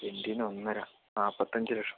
സെൻറിനു ഒന്നര നാപ്പത്തഞ്ചുലക്ഷം